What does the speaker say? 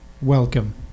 welcome